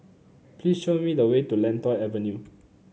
please show me the way to Lentor Avenue